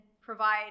provide